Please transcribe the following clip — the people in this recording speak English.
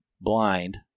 blind